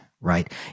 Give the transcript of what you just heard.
right